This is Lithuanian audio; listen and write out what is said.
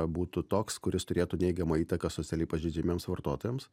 būtų toks kuris turėtų neigiamą įtaką socialiai pažeidžiamiems vartotojams